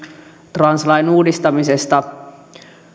translain uudistamisesta